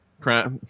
Crap